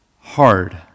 Hard